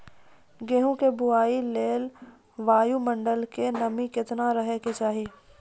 गेहूँ के बुआई लेल वायु मंडल मे नमी केतना रहे के चाहि?